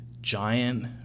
giant